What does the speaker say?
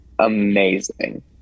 Amazing